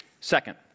Second